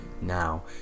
now